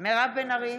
מירב בן ארי,